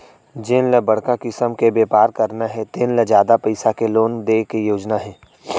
जेन ल बड़का किसम के बेपार करना हे तेन ल जादा पइसा के लोन दे के योजना हे